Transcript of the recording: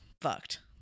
fucked